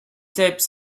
types